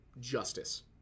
justice